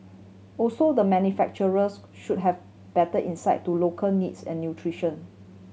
also the manufacturers should have better insight to local needs and nutrition